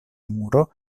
muro